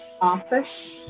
office